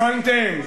הכנתם?